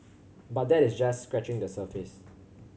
but that is just scratching the surface